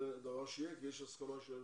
זה דבר שיהיה כי יש הסכמה של